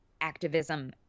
activism